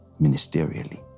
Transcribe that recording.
ministerially